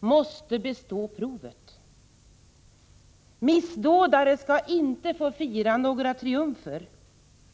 måste bestå provet. Missdådare skall inte få fira några triumfer.